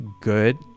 good